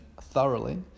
thoroughly